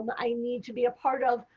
but i need to be a part of.